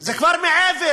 זה כבר מעבר.